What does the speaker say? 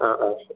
ആ ആ ശരി